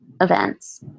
events